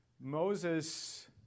Moses